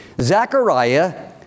Zechariah